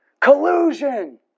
Collusion